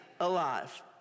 alive